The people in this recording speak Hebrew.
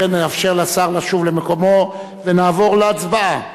לכן נאפשר לשר לשוב למקומו ונעבור להצבעה.